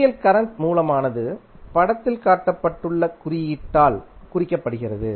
ideal current மூலமானது படத்தில் காட்டப்பட்டுள்ள குறியீட்டால் குறிக்கப்படுகிறது